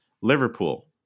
Liverpool